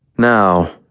Now